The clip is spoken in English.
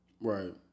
Right